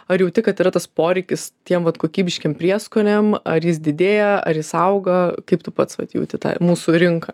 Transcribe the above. ar jauti kad yra tas poreikis tiem vat kokybiškiem prieskoniam ar jis didėja ar jis auga kaip tu pats vat jauti tą mūsų rinką